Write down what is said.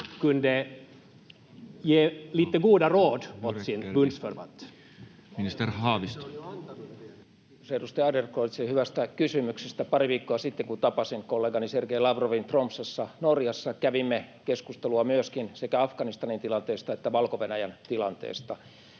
kesk) Time: 16:39 Content: Kiitos edustaja Adler-creutzille hyvästä kysymyksestä. Pari viikkoa sitten, kun tapasin kollegani Sergei Lavrovin Tromssassa Norjassa, kävimme keskustelua myöskin sekä Afganistanin tilanteesta että Valko-Venäjän tilanteesta.